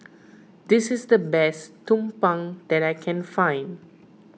this is the best Tumpeng that I can find